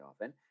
often